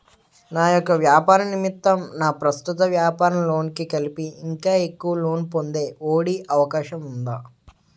నా యెక్క వ్యాపార నిమిత్తం నా ప్రస్తుత వ్యాపార లోన్ కి కలిపి ఇంకా ఎక్కువ లోన్ పొందే ఒ.డి అవకాశం ఉందా?